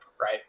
right